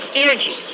energy